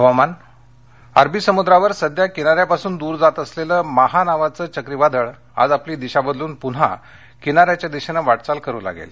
हवामान् अरबी समुद्रावर सध्या किनाऱ्यापासून दूर जात असलेलं माहा नावाचं चक्रीवादळ आज आपली दिशा बदलून पुन्हा किनाऱ्याच्या दिशेनं वाटचाल करू लागेल